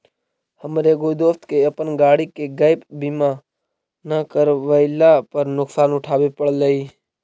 हमर एगो दोस्त के अपन गाड़ी के गैप बीमा न करवयला पर नुकसान उठाबे पड़लई